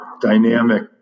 dynamic